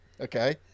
Okay